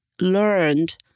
learned